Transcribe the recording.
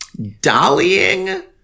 dollying